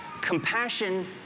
compassion